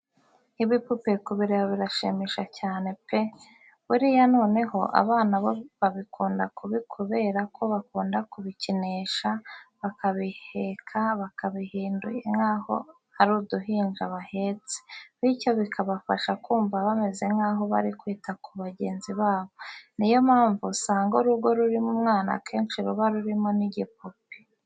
Ibipupe kubireba birashimisha cyane pe! Buriya noneho abana bo babikunda kubi kubera ko bakunda kubikinisha, bakabiheka babihinduye nkaho ari uduhinja bahetse, bityo bikabafasha kumva bameze nkaho bari kwita kuri bagenzi babo. Ni yo mpamvu uzasanga urugo rurimo umwana akenshi ruba rurimo n'igipupe.